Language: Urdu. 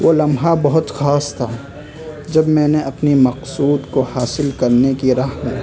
وہ لمحہ بہت خاص تھا جب میں نے اپنی مقصود کو حاصل کرنے کی راہ میں